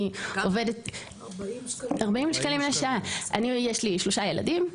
לי יש שלושה ילדים,